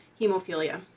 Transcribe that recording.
hemophilia